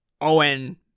Owen